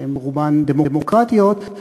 שרובן דמוקרטיות,